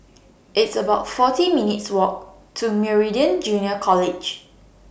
It's about forty minutes' Walk to Meridian Junior College